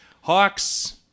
Hawks